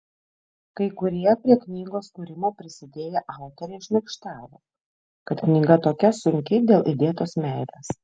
kai kurie prie knygos kūrimo prisidėję autoriai šmaikštavo kad knyga tokia sunki dėl įdėtos meilės